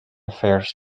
fares